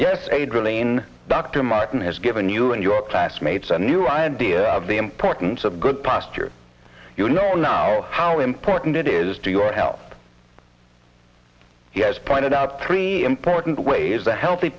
yes a drain dr martin has given you and your classmates a new idea of the importance of good posture you know now how important it is to your health he has pointed out three important ways the healthy